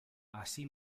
así